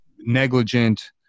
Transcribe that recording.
negligent